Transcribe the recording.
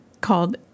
called –